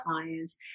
clients